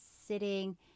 sitting